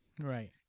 right